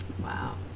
Wow